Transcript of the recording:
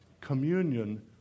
communion